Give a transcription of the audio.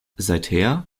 seither